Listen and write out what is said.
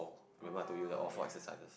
oh ya